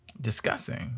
discussing